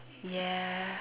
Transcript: ya